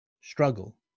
struggle